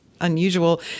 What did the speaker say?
Unusual